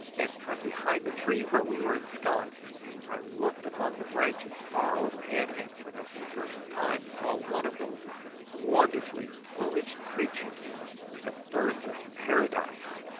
and from behind the tree where we were ensconced i looked among the branches far overhead, and for the first time saw one of those wonderfully plumaged creatures the birds of paradise.